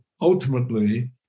ultimately